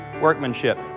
workmanship